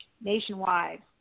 nationwide